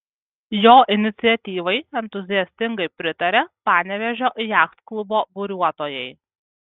jo iniciatyvai entuziastingai pritarė panevėžio jachtklubo buriuotojai